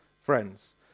friends